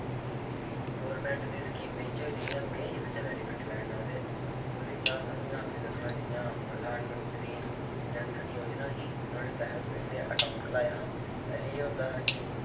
government दी स्कीमें च जि'यां में किदे चा बैनिफिट्ट लैन्ना ते ओह्दे च अ'ऊं इ'यां आखी सकना जि'यां प्रधान मंत्री जन धन योजना ही नोआड़े तैह्त बी में अकाउंट खलाया हा पैह्ले एह् होंदा हा कि